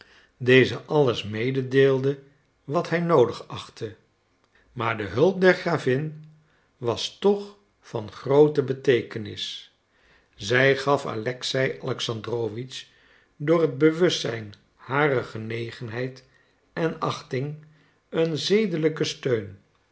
dezen alles mededeelde wat hij noodig achtte maar de hulp der gravin was toch van groote beteekenis zij gaf alexei alexandrowitsch door het bewustzijn harer genegenheid en achting een zedelijken steun